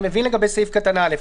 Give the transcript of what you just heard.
אני מבין לגבי סעיף קטן (א),